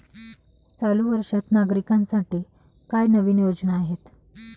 चालू वर्षात नागरिकांसाठी काय नवीन योजना आहेत?